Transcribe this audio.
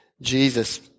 Jesus